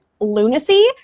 lunacy